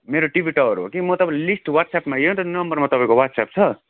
मेरो TV tower हो कि म तपाईँलाई लिस्ट वाट्सएपमा यो त नम्बरमा तपाईँको वाट्सएप छ